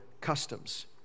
customs